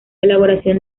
elaboración